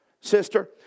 Sister